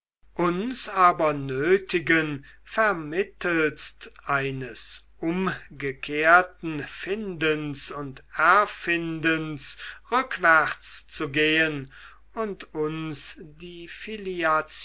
uns aber nötigen vermittelst eines umgekehrten findens und erfindens rückwärtszugehen und uns die